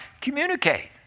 Communicate